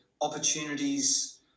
opportunities